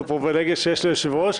זו פריבילגיה שיש ליושב-ראש.